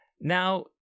Now